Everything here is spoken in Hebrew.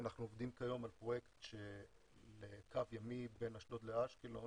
ואנחנו עובדים כיום על פרויקט לקו ימי בין אשדוד לאשקלון,